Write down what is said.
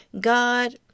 God